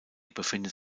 befindet